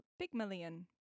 Pygmalion